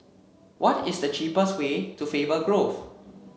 what is the cheapest way to Faber Grove